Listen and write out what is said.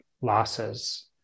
losses